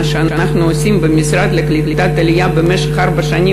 מה שאנחנו עושים במשרד לקליטת העלייה במשך ארבע השנים